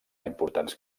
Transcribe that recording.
importants